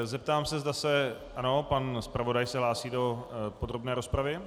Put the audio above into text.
Zeptám se ano, pan zpravodaj se hlásí do podrobné rozpravy.